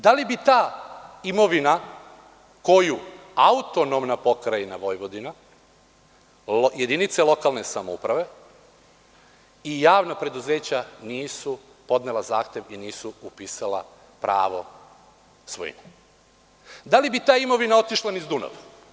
Da li bi ta imovina koju AP Vojvodina, jedinice lokalne samouprave i javna preduzeća nisu podnela zahtev i nisu upisala pravo svojine, da li bi ta imovina otišla niz Dunav?